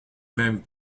mêmes